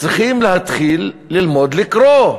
צריכים להתחיל ללמוד לקרוא,